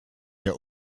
der